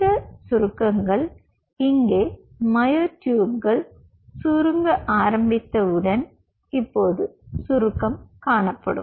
இந்த சுருக்கங்கள் இங்கே மயோட்யூப்கள் சுருங்க ஆரம்பித்தவுடன் இப்போது இந்த சுருக்கம் காணப்படும்